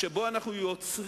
שבו אנחנו יוצרים